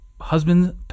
husband